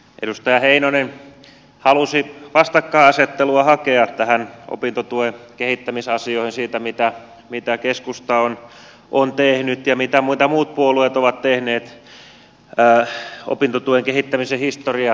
edustaja heinonen halusi hakea vastakkainasettelua opintotuen kehittämisasioihin siitä mitä keskusta on tehnyt ja mitä muut puolueet ovat tehneet opintotuen kehittämisen historian aikana